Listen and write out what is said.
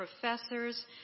professors